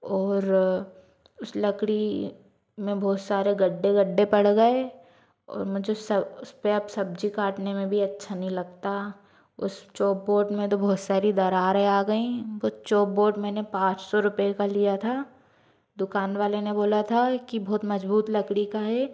और उस लकड़ी में बहुत सारे गड्ढे गड्ढे पड़ गए और मुझे सब उस पर आप सब्जी काटने में भी अच्छा नहीं लगता उस चोप बोर्ड में तो बहुत सारी दरारें आ गई वह चोप बोर्ड मैंने पाँच सौ रुपये का लिया था दुकान वाले ने बोला था कि बहुत मजबूत लकड़ी का है